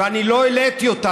ואני לא העליתי אותה,